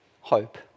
hope